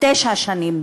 תשע שנים.